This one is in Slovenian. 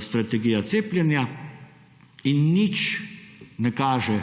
strategija cepljenja in nič ne kaže,